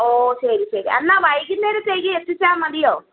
ഓ ശരി ശരി എന്നാൽ വൈകുന്നേരത്തേക്ക് എത്തിച്ചാൽ മതിയോ